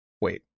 wait